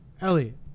Elliot